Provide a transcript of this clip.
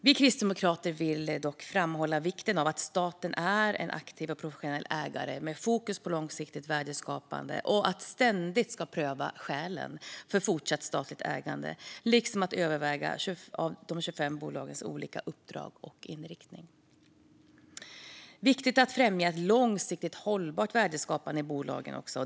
Vi kristdemokrater vill dock framhålla vikten av att staten är en aktiv och professionell ägare med fokus på långsiktigt värdeskapande, liksom att man ständigt ska pröva skälen för fortsatt statligt ägande och överväga de 25 bolagens olika uppdrag och inriktning. Det är också viktigt att främja ett långsiktigt hållbart värdeskapande i bolagen.